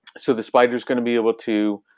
so the spider's going to be able to,